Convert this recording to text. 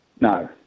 No